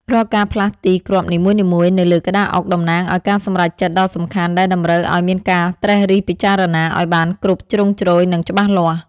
រាល់ការផ្លាស់ទីគ្រាប់នីមួយៗនៅលើក្តារអុកតំណាងឱ្យការសម្រេចចិត្តដ៏សំខាន់ដែលតម្រូវឱ្យមានការត្រិះរិះពិចារណាឱ្យបានគ្រប់ជ្រុងជ្រោយនិងច្បាស់លាស់។